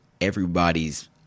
everybody's